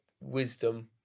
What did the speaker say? wisdom